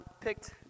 picked